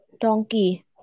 donkey